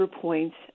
points